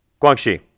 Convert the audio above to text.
Guangxi